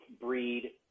breed